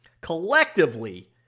collectively